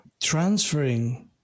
transferring